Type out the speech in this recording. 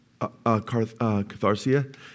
catharsia